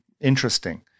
interesting